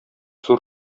зур